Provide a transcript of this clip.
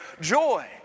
joy